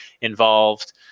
involved